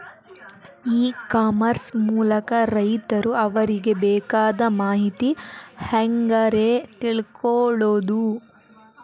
E commerce ಮೂಲಕ ರೈತರು ಅವರಿಗೆ ಬೇಕಾದ ಮಾಹಿತಿ ಹ್ಯಾಂಗ ರೇ ತಿಳ್ಕೊಳೋದು?